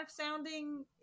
sounding